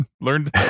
learned